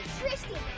Tristan